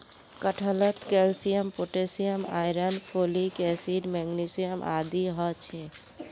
कटहलत calcium potassium iron folic acid magnesium आदि ह छे